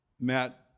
Matt